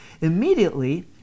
Immediately